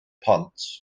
pont